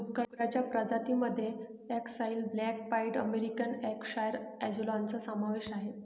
डुक्करांच्या प्रजातीं मध्ये अक्साई ब्लॅक पाईड अमेरिकन यॉर्कशायर अँजेलॉनचा समावेश आहे